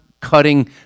cutting